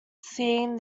seeing